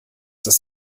das